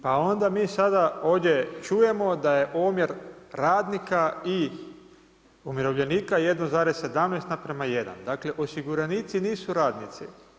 Pa onda mi sada ovdje čujemo da je omjer radnika i umirovljenika 1,17:1, dakle osiguranici nisu radnici.